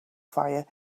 fire